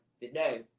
today